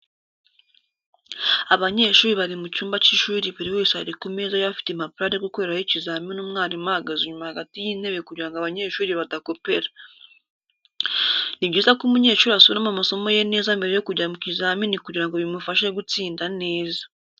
Abanyeshuri bari mu cyumba cy'ishuri buri wese ari ku meza ye afite impapuro ari gukoreraho ikizamini umwarimu ahagaze inyuma hagati y'itebe kugirango abanyeshuri badakopera. Ni byiza ko umunyeshuri asubiramo amasomo ye neza mbere yo kujya mu kizamini kugirango bimufashe gutsinda neza.